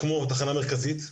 כמו התחנה המרכזית,